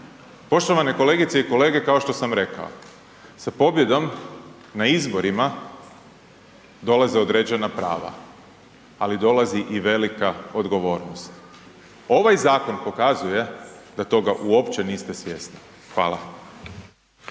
Poštovane kolegice i kolege kao što sam rekao, sa pobjedom na izborima dolaze određena prava, ali dolazi i velika odgovornost. Ovaj zakon pokazuje da toga uopće niste svjesni. Hvala.